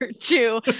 two